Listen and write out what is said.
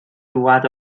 dod